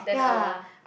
ya